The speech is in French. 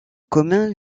commun